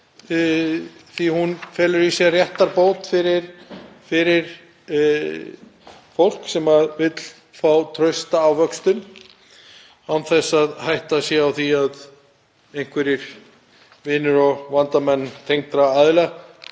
að hún felur í sér réttarbót fyrir fólk sem vill fá trausta ávöxtun án þess að hætta sé á því að einhverjir vinir og vandamenn tengdra aðila